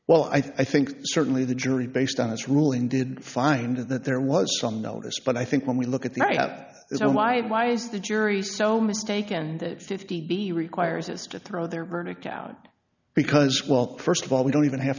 well i think certainly the jury based on this ruling did find that there was some notice but i think when we look at the why is the jury so mistaken fifty b requires us to throw their verdict out because well st of all we don't even have